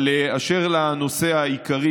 אבל אשר לנושא העיקרי,